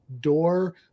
door